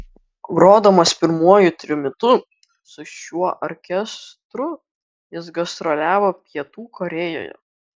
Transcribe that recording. grodamas pirmuoju trimitu su šiuo orkestru jis gastroliavo pietų korėjoje